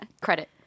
Credit